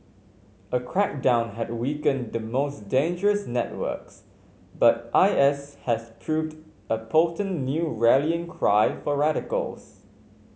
a crackdown had weakened the most dangerous networks but I S has proved a potent new rallying cry for radicals